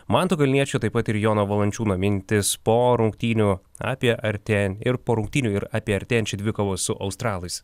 manto kalniečio taip pat ir jono valančiūno mintys po rungtynių apie artėjant ir po rungtynių ir apie artėjančią dvikovą su australais